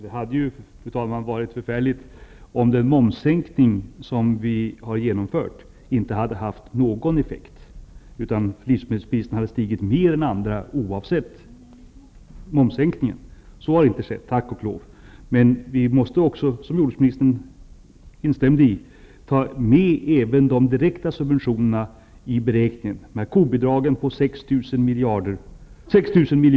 Fru talman! Det hade varit förfärligt om den momssänkning som vi har ge nomfört inte hade fått någon effekt, utan livsmedelpriserna hade stigit mer än andra priser trots momssänkningen. Så har tack och lov inte skett. Men vi måste också ta med de direkta subventionerna i beräkningen. Det instämde jordbruksministern i.